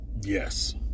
Yes